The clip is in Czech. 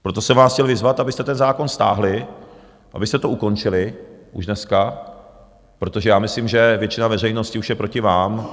Proto jsem vás chtěl vyzvat, abyste ten zákon stáhli, abyste to ukončili už dneska, protože já myslím, že většina veřejnosti už je proti vám.